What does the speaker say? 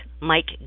Mike